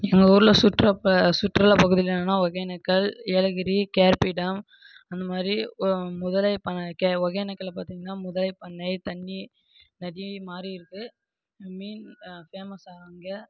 எங்கள் ஊரில் சுற்றுலா ப சுற்றுலா பகுதிகள் என்னென்னா Hogenakkal Yelagiri K R P dam அந்தமாதிரி முதலை ப கே ஒகேனக்கல்லில் பார்த்திங்கன்னா முதலை பண்ணை தண்ணி நதி மாதிரி இருக்கும் மீன் ஃபேமஸ் அங்கே